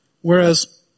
whereas